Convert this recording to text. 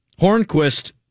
Hornquist